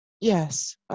Yes